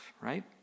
right